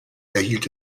erhielt